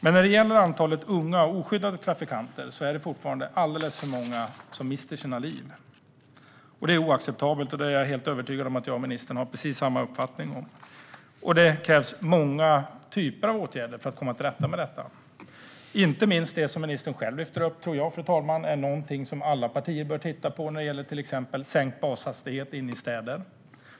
Det är dock fortfarande alldeles för många unga och oskyddade trafikanter som mister sitt liv. Det är oacceptabelt. Jag är övertygad om att ministern och jag har samma uppfattning. Det krävs många typer av åtgärder för att komma till rätta med det. Fru ålderspresident! Jag tror att inte minst sänkt bashastighet inne i städer, som ministern själv lyfter upp, är någonting som alla partier bör titta på.